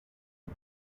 but